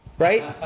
right.